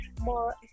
More